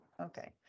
Okay